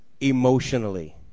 emotionally